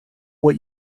what